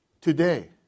today